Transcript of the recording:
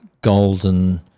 golden